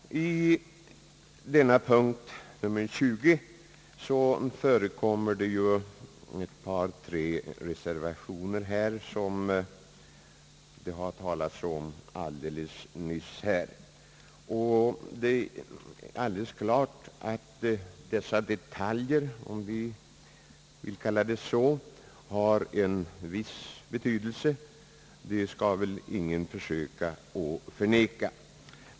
Vid denna punkt, nr 20, förekommer det ett par tre reservationer, som det har talats om alldeles nyss. Det är alldeles klart att dessa detaljer, om vi vill kalla dem så, har en viss betydelse, det skall ingen försöka förneka.